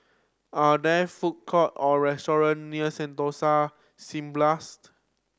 are there food court or restaurant near Sentosa Cineblast